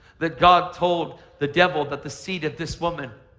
that god told the devil that the seed of this woman,